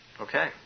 Okay